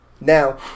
Now